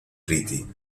pretty